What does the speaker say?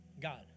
God